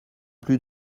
plus